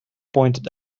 pointed